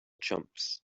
chumps